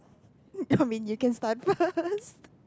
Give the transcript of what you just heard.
come in you can start first